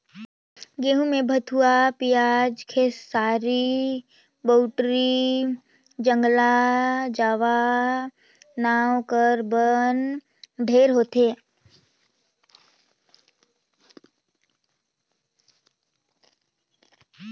गहूँ में भथुवा, पियाजी, खेकसारी, बउटरी, ज्रगला जावा नांव कर बन ढेरे होथे